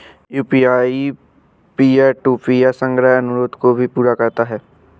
UPI peer to peer संग्रह अनुरोध को भी पूरा करता है